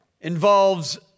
involves